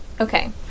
Okay